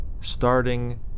starting